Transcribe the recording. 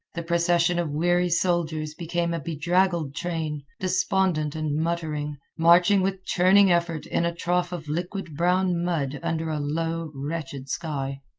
the procession of weary soldiers became a bedraggled train, despondent and muttering, marching with churning effort in a trough of liquid brown mud under a low, wretched sky.